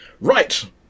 right